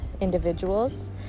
individuals